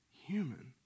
human